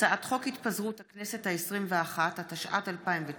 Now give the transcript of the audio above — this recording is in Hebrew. הצעת חוק התפזרות הכנסת העשרים-ואחת, התשע"ט 2019,